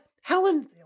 Helen